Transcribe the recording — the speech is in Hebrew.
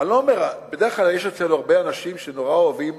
בדרך כלל יש אצלנו הרבה אנשים שנורא אוהבים